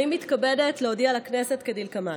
אני מתכבדת להודיע לכנסת כדלקמן: